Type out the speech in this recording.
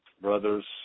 brothers